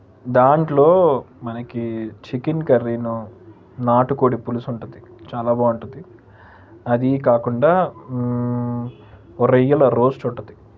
దాంట్లో మనకి చికెన్ కర్రీను నాటుకోడి పులుసుంటది చాలా బావుంటద్ది అదీ కాకుండా రొయ్యల రోస్టుంటది